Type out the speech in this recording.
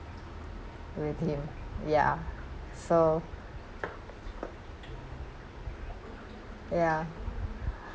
with him ya so ya